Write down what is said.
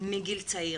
מגיל צעיר,